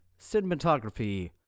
Cinematography